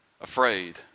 afraid